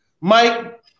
Mike